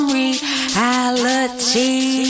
reality